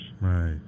Right